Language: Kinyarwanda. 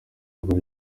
rwo